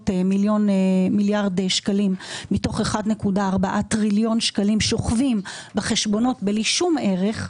מיליארד שקלים מתוך 1.4 טריליון שקלים שוכבים בחשבונות בלי שום ערך,